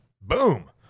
Boom